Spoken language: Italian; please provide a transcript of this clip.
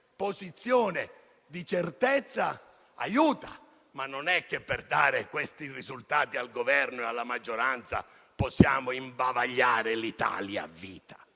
posizione di certezza aiutano; ma non è che per dare risultati al Governo e alla maggioranza possiamo imbavagliare l'Italia a vita.